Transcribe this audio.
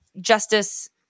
justice